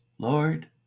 Lord